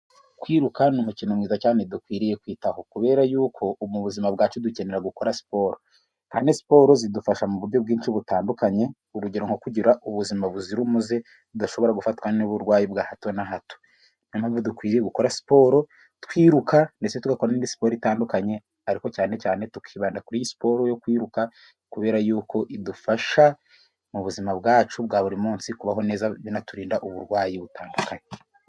Kwirukanka n'umukino mwiza cyane dukwiriye kwitaho, kubera yuko ubu buzima bwacu dukenera gukora siporo, kandi siporo zidufasha mu buryo bwinshi butandukanye urugero nko kugira ubuzima buzira umuze, tudashobora gufatwa n'uburwayi bwa hato na hato, niyo mpamvu dukwiye gukora siporo twiruka ndetse tugakora siporo itandukanye, ariko cyane cyane tukibanda kuri siporo yo kwiruka, kubera yuko idufasha mu buzima bwacu bwa buri munsi, kubaho neza binaturinda uburwayi butandukanye.